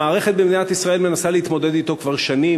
המערכת במדינת ישראל מנסה להתמודד אתו כבר שנים.